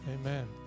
Amen